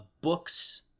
books